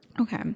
Okay